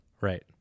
Right